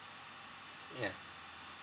yeah